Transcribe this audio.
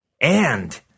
And